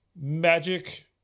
magic